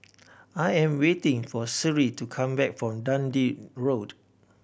I am waiting for Sherree to come back from Dundee Road